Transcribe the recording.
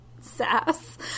sass